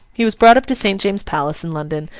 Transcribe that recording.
he was brought up to st. james's palace in london,